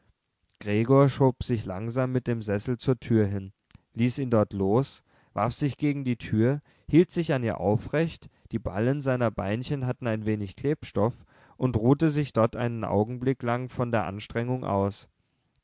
gregor schob sich langsam mit dem sessel zur tür hin ließ ihn dort los warf sich gegen die tür hielt sich an ihr aufrecht die ballen seiner beinchen hatten ein wenig klebstoff und ruhte sich dort einen augenblick lang von der anstrengung aus